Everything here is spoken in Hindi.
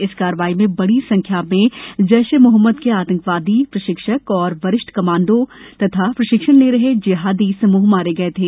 इस कार्रवाई में बड़ी संख्या में जैश ए मोहम्मद के आतंकवादी प्रशिक्षक वरिष्ठ कमांडो और प्रशिक्षण ले रहे जेहादी समूह मारे गये थे